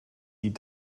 die